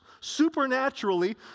supernaturally